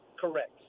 Correct